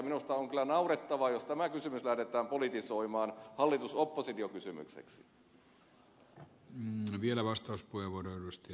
minusta on kyllä naurettavaa jos tämä kysymys lähdetään politisoimaan hallitusoppositio kysymykseksi